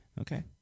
Okay